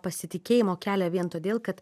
pasitikėjimo kelią vien todėl kad